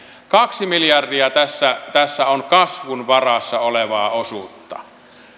kaksi miljardia tässä tässä on kasvun varassa olevaa osuutta